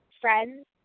friends